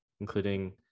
including